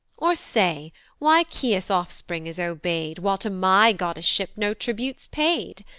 or say why caeus offspring is obey'd, while to my goddesship no tribute's paid?